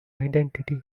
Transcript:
identity